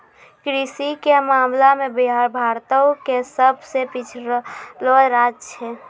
कृषि के मामला मे बिहार भारतो के सभ से पिछड़लो राज्य छै